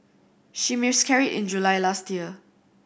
she miscarried in July last year